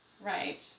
right